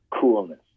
coolness